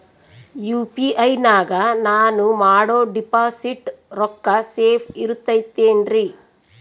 UPI ನಾಗ ನಾನು ಮಾಡೋ ಡಿಪಾಸಿಟ್ ರೊಕ್ಕ ಸೇಫ್ ಇರುತೈತೇನ್ರಿ?